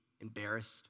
embarrassed